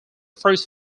first